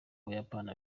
buyapani